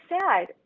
sad